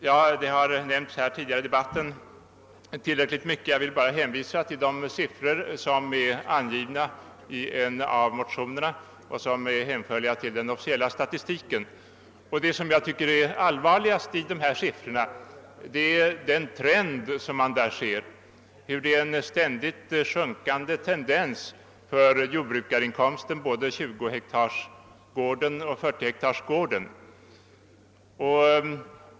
Ja, det har nämnts tillräckligt mycket om detta tidigare i debatten. Jag vill endast hänvisa till de siffror som är angivna i en av motionerna och som är hänförliga till den officiella statistiken. Det enligt min mening allvarligaste med dessa siffror är den trend som man där ser, nämligen att jordbrukarinkomsten visar en ständigt sjunkande tendens både för 20 hektarsgården och <40-hektarsgården.